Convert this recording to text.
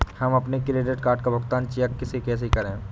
हम अपने credit card का भुगतान चेक से कैसे करें?